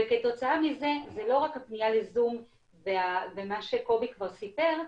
כתוצאה מזה זה לא רק הפניה לזום ומה שקובי כבר סיפר,